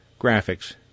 graphics